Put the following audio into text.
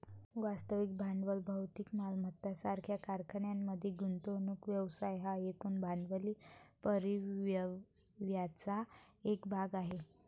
वास्तविक भांडवल भौतिक मालमत्ता सारख्या कारखान्यांमध्ये गुंतवणूक व्यवसाय हा एकूण भांडवली परिव्ययाचा एक भाग आहे